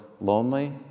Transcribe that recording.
lonely